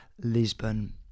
Lisbon